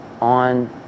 on